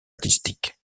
artistiques